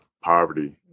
poverty